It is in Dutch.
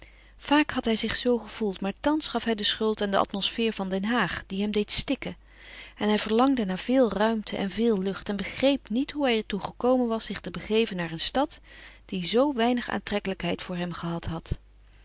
vaak had hij zich zoo gevoeld maar thans gaf hij de schuld aan de atmosfeer van den haag die hem deed stikken en hij verlangde naar veel ruimte en veel lucht en begreep niet hoe hij er toe gekomen was zich te begeven naar een stad die zoo weinig aantrekkelijkheid voor hem gehad had